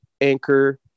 Anchor